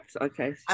Okay